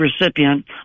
recipient